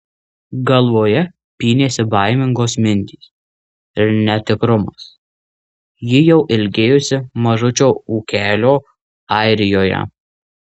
galvoje pynėsi baimingos mintys ir netikrumas ji jau ilgėjosi mažučio ūkelio airijoje